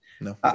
No